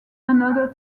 another